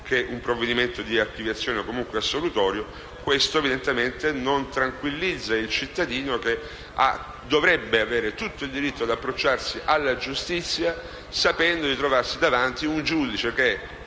che un provvedimento di archiviazione o comunque assolutorio. Questo non tranquillizza il cittadino, che dovrebbe avere il diritto di approcciarsi alla giustizia sapendo di trovarsi dinanzi un giudice che,